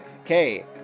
Okay